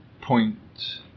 point